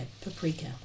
paprika